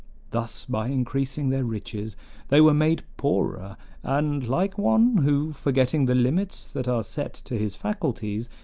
thus by increasing their riches they were made poorer and, like one who, forgetting the limits that are set to his faculties,